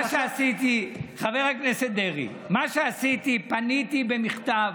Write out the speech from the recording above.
חבר הכנסת דרעי, מה שעשיתי, פניתי במכתב,